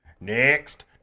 Next